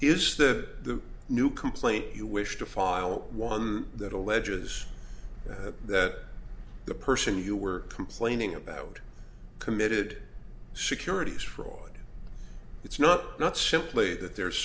is the new complaint you wish to file one that alleges that the person you were complaining about committed securities fraud it's not not simply that there's